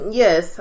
yes